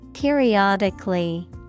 periodically